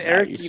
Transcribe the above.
Eric